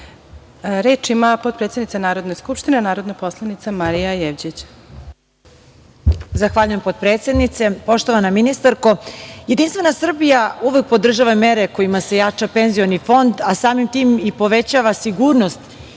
ima potpredsednica Narodne skupštine, narodna poslanica Marija Jevđić. **Marija Jevđić** Zahvaljujem, potpredsednice. Poštovana ministarko, Jedinstvena Srbija uvek podržava mere kojima se jača penzioni fond, a samim tim i povećava sigurnost